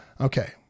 Okay